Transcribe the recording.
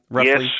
Yes